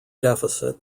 deficit